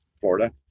Florida